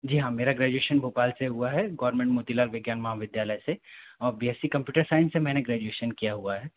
जी हाँ मेरा ग्रेजुएशन भोपाल से हुआ है गौरमेंट मोतीलाल विज्ञान महाविद्यालय से और B S C computer science से मैंने ग्रेजुएशन किया हुआ है